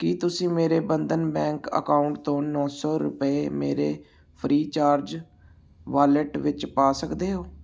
ਕੀ ਤੁਸੀਂ ਮੇਰੇ Bandhan bank account ਤੋਂ ਨੌ ਸੌ ਰੁਪਏ ਮੇਰੇ ਫ੍ਰੀਚਾਰਜ ਵਾਲਿਟ ਵਿੱਚ ਪਾ ਸਕਦੇ ਹੋ